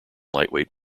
lightweight